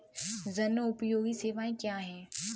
जनोपयोगी सेवाएँ क्या हैं?